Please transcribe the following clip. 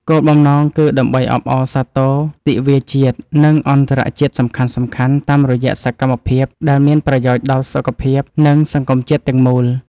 គោលបំណងគឺដើម្បីអបអរសាទរទិវាជាតិ ឬអន្តរជាតិសំខាន់ៗ តាមរយៈសកម្មភាពដែលមានប្រយោជន៍ដល់សុខភាព និងសង្គមជាតិទាំងមូល។